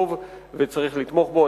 הוא טוב וצריך לתמוך בו.